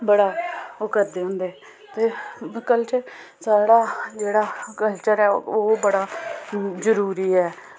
बड़ा ओह् करदे होंदे ते कल्चर साढ़ा जेह्ड़ा कल्चर ऐ ओह् बड़ा जरूरी ऐ